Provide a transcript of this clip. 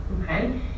Okay